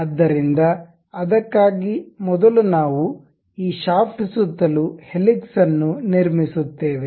ಆದ್ದರಿಂದ ಅದಕ್ಕಾಗಿ ಮೊದಲು ನಾವು ಈ ಶಾಫ್ಟ್ ಸುತ್ತಲೂ ಹೆಲಿಕ್ಸ್ ಅನ್ನು ನಿರ್ಮಿಸುತ್ತೇವೆ